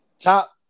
Top